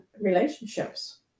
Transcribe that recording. relationships